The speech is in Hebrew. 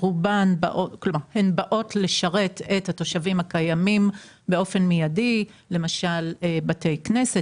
הן באות לשרת את התושבים הקיימים באופן מיידי בתי כנסת,